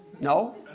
No